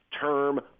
term